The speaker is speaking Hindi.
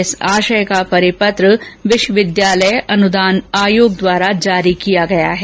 इस आशय का परिपत्र विश्वविद्यालय अनुदान आयोग द्वारा जारी किया गया है